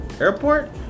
airport